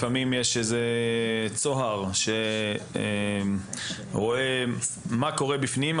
לפעמים יש איזשהו צוהר שרואה מה קורה בפנים.